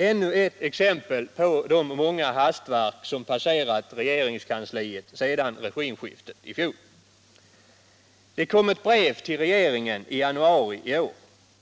ännu ett exempel på de många hastverk som passerat regeringskansliet sedan regimskiftet i fjol. Det kom ett brev till regeringen i januari i år.